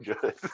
good